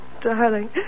Darling